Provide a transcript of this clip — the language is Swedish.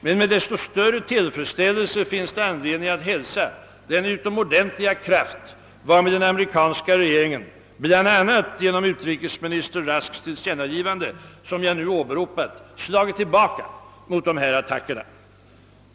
Men med desto större tillfredsställelse finns det anledning att hälsa den utomordentliga kraft, varmed den amerikanska regeringen, bl.a. genom utrikesminister Rusks tillkännagivande som jag nu åberopat, slagit tillbaka mot dessa attacker.